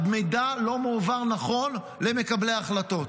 המידע לא מועבר נכון למקבלי ההחלטות.